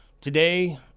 Today